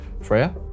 Freya